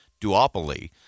duopoly